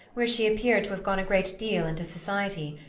where she appeared to have gone a great deal into society,